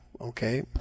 Okay